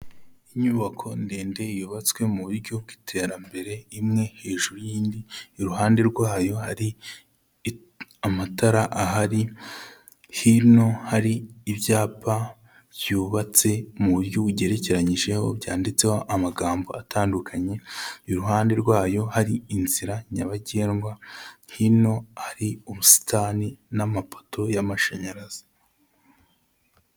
Inyubako ndende yubatswe mu buryo bw'iterambere, imwe hejuru y'indi, iruhande rwayo hari amatara ahari, hino hari ibyapa byubatse mu buryo bugerekeranyijeho byanditseho amagambo atandukanye, iruhande rwayo hari inzira nyabagendwa, hino hari ubusitani n'amapoto y'amashanyarazi.